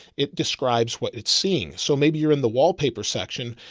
it describes what it's seeing. so maybe you're in the wallpaper section,